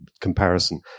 comparison